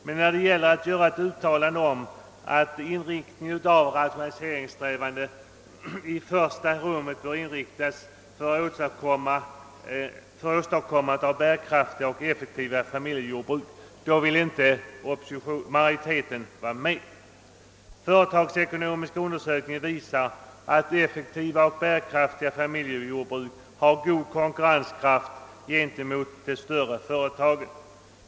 Men när det gäller att göra ett uttalande om att rationaliseringssträvandena i första hand bör inriktas på åstadkommande av bärkraftiga och effektiva familjejordbruk, då vill inte majoriteten vara med. Företagsekonomiske undersökningar visar att effektiva ock bärkraftiga familjejordbruk har god konkurrenskraft gentemot de större fö retagen.